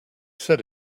said